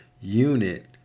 unit